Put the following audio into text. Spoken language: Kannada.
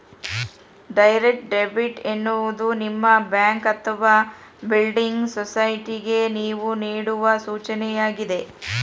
ಡೈರೆಕ್ಟ್ ಡೆಬಿಟ್ ಎನ್ನುವುದು ನಿಮ್ಮ ಬ್ಯಾಂಕ್ ಅಥವಾ ಬಿಲ್ಡಿಂಗ್ ಸೊಸೈಟಿಗೆ ನೇವು ನೇಡುವ ಸೂಚನೆಯಾಗಿದೆ